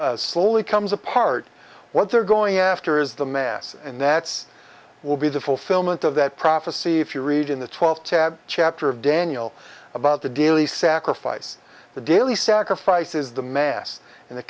this slowly comes apart what they're going after is the mass and that's will be the fulfillment of that prophecy if you read in the twelve chapter of daniel about the daily sacrifice the daily sacrifices the mass and the